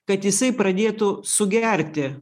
kad jisai pradėtų sugerti